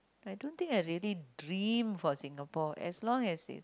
I don't think I really dream for Singapore as long as it's